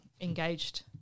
engaged